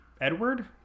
Edward